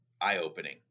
eye-opening